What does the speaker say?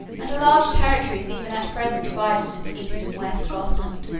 and a large territory is even at present divided into east and west gothland.